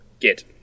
get